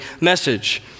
message